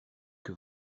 que